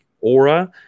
aura